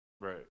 Right